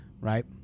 right